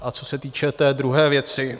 A co se týče té druhé věci.